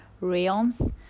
realms